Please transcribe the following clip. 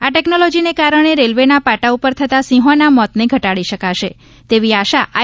આ ટેકનોલોજીને કારણે રેલવેના પાટા ઉપર થતા સિંહોના મોતને ઘટાડી શકશે તેવી આશા આઈ